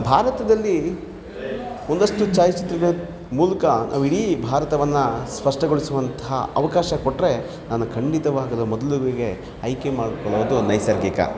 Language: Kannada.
ಭಾರತದಲ್ಲಿ ಒಂದಷ್ಟು ಛಾಯಚಿತ್ರಗಳ ಮೂಲಕ ನಾವು ಇಡೀ ಭಾರತವನ್ನು ಸ್ಪಷ್ಟಗೊಳಿಸುವಂತಹ ಅವಕಾಶ ಕೊಟ್ಟರೆ ನಾನು ಖಂಡಿತವಾಗಲು ಮೊದಲುವಿಗೆ ಆಯ್ಕೆ ಮಾಡಿಕೊಳ್ಳೋದು ನೈಸರ್ಗಿಕ